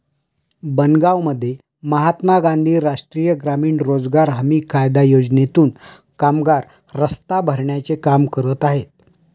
बनगावमध्ये महात्मा गांधी राष्ट्रीय ग्रामीण रोजगार हमी कायदा योजनेतून कामगार रस्ता भरण्याचे काम करत आहेत